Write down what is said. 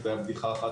שזה היה בדיחה אחת,